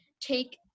take